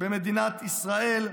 במדינת ישראל,